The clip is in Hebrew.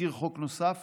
תזכיר חוק נוסף